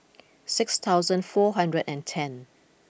six thousand four hundred and ten